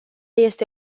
este